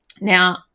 Now